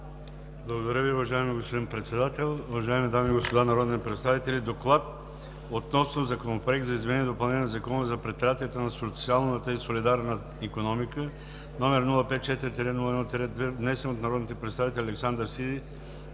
Благодаря Ви, господин Председател. Уважаеми дами и господа народни представители! „Доклад относно Законопроект за изменение и допълнение на Закона за предприятията за социалната и солидарна икономика, № 054-01-2, внесен от народните представители Александър Сиди